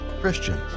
Christians